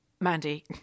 Mandy